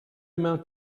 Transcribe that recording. amount